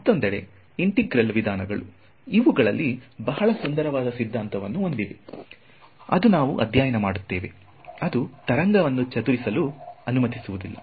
ಮತ್ತೊಂದೆಡೆ ಇಂಟೆಗ್ರಲ್ ವಿಧಾನಗಳು ಅವುಗಳಲ್ಲಿ ಬಹಳ ಸುಂದರವಾದ ಸಿದ್ಧಾಂತವನ್ನು ಹೊಂದಿವೆ ಅದು ನಾವು ಅಧ್ಯಯನ ಮಾಡುತ್ತೇವೆ ಅದು ತರಂಗವನ್ನು ಚದುರಿಸಲು ಅನುಮತಿಸುವುದಿಲ್ಲ